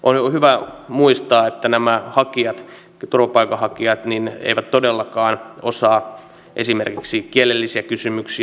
on hyvä muistaa että nämä turvapaikanhakijat eivät todellakaan osaa esimerkiksi kielellisiä kysymyksiä